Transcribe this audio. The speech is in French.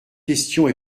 questions